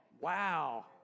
wow